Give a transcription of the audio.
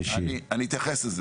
מה שממש לא כך.